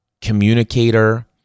communicator